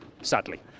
sadly